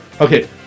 Okay